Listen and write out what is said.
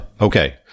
Okay